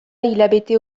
hilabete